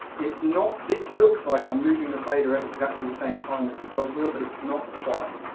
it's not, this looks like i'm moving the fader at exactly the same time as the jog wheel but it's not quite.